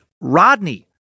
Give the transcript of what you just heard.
Rodney